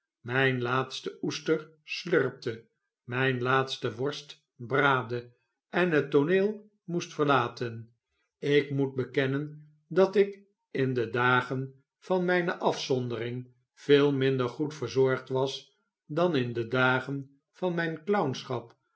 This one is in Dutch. mijne laatste oester slurpte mijne laatste worst braadde en het tooneel moest verlaten ik moet bekennen dat ik in de dagen van mijne afzondering veel minder goed verzorgd was dan in de dagen van mijn